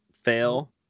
fail